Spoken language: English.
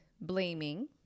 blaming